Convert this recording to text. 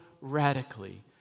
radically